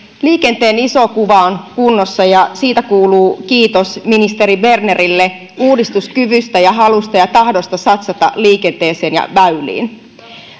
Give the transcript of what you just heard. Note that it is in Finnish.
liikenteen iso kuva on kunnossa ja siitä kuuluu kiitos ministeri bernerille uudistuskyvystä ja halusta ja tahdosta satsata liikenteeseen ja väyliin